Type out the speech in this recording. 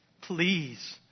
please